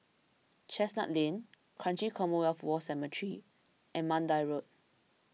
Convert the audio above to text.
Chestnut Lane Kranji Commonwealth War Cemetery and Mandai Road